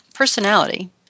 Personality